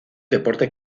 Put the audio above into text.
deportes